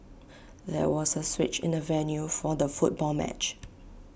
there was A switch in the venue for the football match